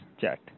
chat